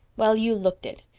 well, you looked it.